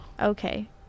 Okay